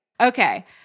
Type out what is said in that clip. Okay